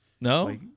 no